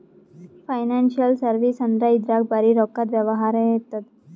financial service ಅಂದ್ರ ಇದ್ರಾಗ್ ಬರೀ ರೊಕ್ಕದ್ ವ್ಯವಹಾರೇ ಇರ್ತದ್